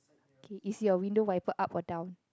okay is your window wiper up or down